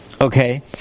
Okay